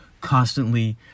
constantly